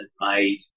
made